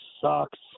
sucks